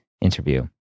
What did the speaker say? Interview